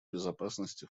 безопасности